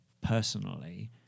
personally